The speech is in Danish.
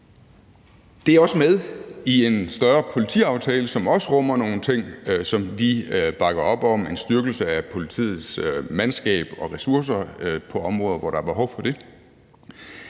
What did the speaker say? Det er med i en større politiaftale, som også rummer nogle ting, som vi bakker op: en styrkelse af politiets mandskab og ressourcer, hvor der er behov for det.